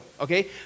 Okay